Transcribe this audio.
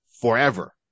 forever